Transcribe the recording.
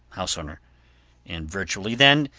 house owner and virtually, then,